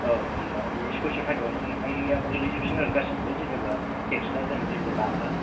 औ हमला बे सयस' थाखायावनो नोंथांनिया गोग्लैजोबसिगोन आरो गासैबो जेनेबा एक्सट्रा जों जेबो लाला